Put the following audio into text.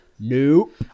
Nope